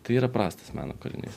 tai yra prastas mano kūrinys